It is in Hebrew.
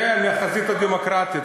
כן, מהחזית הדמוקרטית.